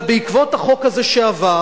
אבל בעקבות החוק הזה שעבר